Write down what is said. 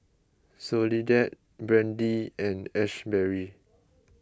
Soledad Brandie and Asberry